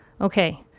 Okay